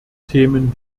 themen